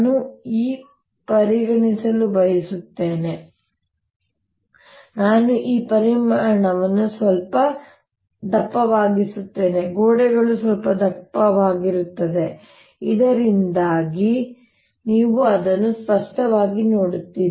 ನಾನು ಈಗ ಪರಿಗಣಿಸಲು ಬಯಸುತ್ತೇನೆ ನಾನು ಈ ಪರಿಮಾಣವನ್ನು ಸ್ವಲ್ಪ ದಪ್ಪವಾಗಿಸುತ್ತೇನೆ ಗೋಡೆಗಳು ಸ್ವಲ್ಪ ದಪ್ಪವಾಗಿರುತ್ತದೆ ಇದರಿಂದ ನೀವು ಅದನ್ನು ಸ್ಪಷ್ಟವಾಗಿ ನೋಡುತ್ತೀರಿ